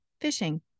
fishing